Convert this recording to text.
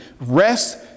Rest